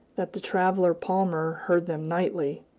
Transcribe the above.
that the traveler palmer heard them nightly,